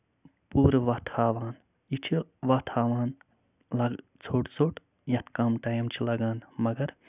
پوٗرٕ وَتھ ہاوَان یہِ چھُ وَتھ ہاوان مطلب ژوٚٹ ژوٚٹ یَتھ کَم ٹایم چھُ لَگان